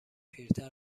پیرتر